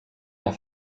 der